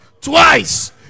twice